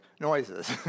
noises